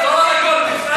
אז שיחזור על הכול, פספסנו.